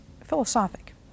philosophic